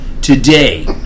Today